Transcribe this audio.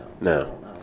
No